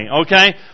okay